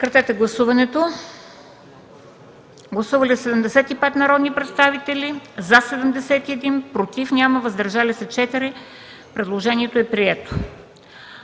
допускане в залата. Гласували 72 народни представители: за 71, против няма, въздържал се 1. Предложението е прието.